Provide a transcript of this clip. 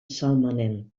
salmanen